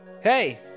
Hey